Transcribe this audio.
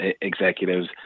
executives